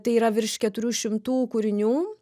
tai yra virš keturių šimtų kūrinių